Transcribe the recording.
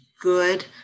good